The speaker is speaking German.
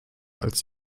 als